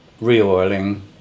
re-oiling